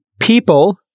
people